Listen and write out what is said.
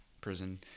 prison